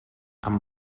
amb